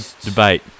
debate